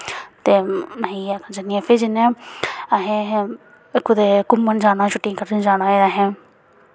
ते में इ'यै आखना चाह्न्नी आं फ्ही जि'यां असें कुदै घूमन जाना होऐ छुट्टियां कट्टन जाना होऐ